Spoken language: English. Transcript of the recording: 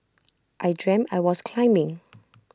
I dreamt I was climbing